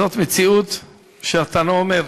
זו מציאות שהתנא אומר,